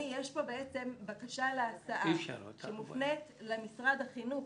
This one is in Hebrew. יש כאן בקשה להסעה שמופנית למשרד החינוך.